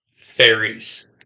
fairies